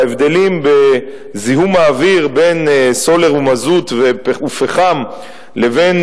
וההבדלים בזיהום האוויר מסולר ומזוט ופחם לבין